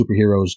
superheroes